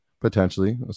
potentially